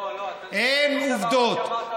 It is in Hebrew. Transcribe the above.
לא, לא, אלה עובדות.